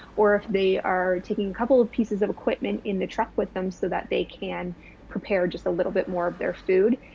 or if they are taking a couple of pieces of equipment in the truck with them so that they can prepare just a little bit more of their food,